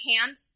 hand